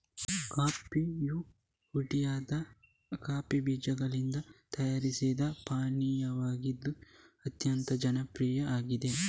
ಕಾಫಿಯು ಹುರಿದ ಕಾಫಿ ಬೀಜಗಳಿಂದ ತಯಾರಿಸಿದ ಪಾನೀಯವಾಗಿದ್ದು ಅತ್ಯಂತ ಜನಪ್ರಿಯ ಆಗಿದೆ